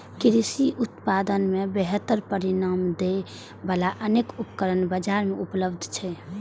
कृषि उत्पादन मे बेहतर परिणाम दै बला अनेक उपकरण बाजार मे उपलब्ध छै